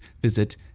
visit